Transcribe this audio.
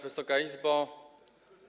Wysoka Izbo!